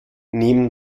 neben